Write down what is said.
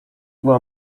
była